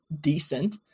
decent